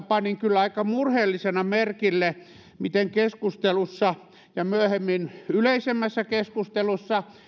panin kyllä aika murheellisena merkille miten keskustelussa ja myöhemmin yleisemmässä keskustelussa